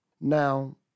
Now